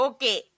Okay